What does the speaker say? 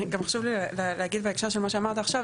חשוב לי להגיד בהקשר של מה שאמרת עכשיו,